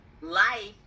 life